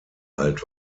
alt